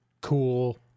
cool